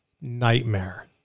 nightmare